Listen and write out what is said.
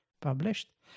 published